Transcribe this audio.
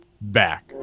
back